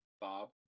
bob